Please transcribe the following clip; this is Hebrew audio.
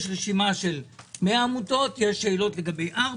יש רשימה של 100 עמותות, יש שאלות לגבי 4